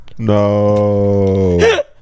No